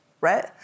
right